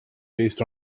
based